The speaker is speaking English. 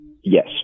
Yes